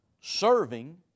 serving